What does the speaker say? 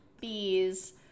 bees